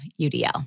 UDL